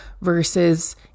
versus